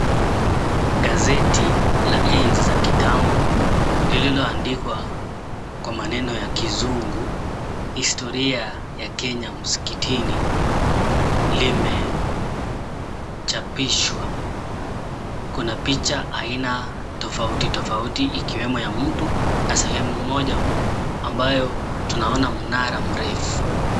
Gazeti la enzi za kitambo lililoandikwa kwa mananeno ya kizungu Historia Ya Kenya Msikitini limechapishwa. Kuna picha aina tofauti tofauti ikiwemo ya mtu na sehemu moja ambayo tunaona mnara mrefu.